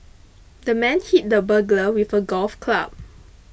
the man hit the burglar with a golf club